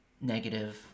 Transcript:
negative